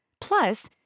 Plus